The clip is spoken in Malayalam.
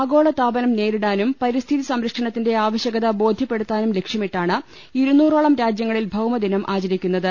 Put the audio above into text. ആഗോളതാപനം നേരിടാനും പരി സ്ഥിതി സംരക്ഷണത്തിന്റെ ആവശ്യകത ബോധ്യപ്പെടുത്താനും ലക്ഷ്യമിട്ടാണ് ഇരുനൂറോളം രാജ്യങ്ങളിൽ ഭൌമദിനം ആചരിക്കു ന്നത്